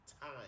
time